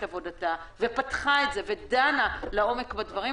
עבודתה ופתחה את זה ודנה לעומק בדברים,